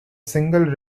single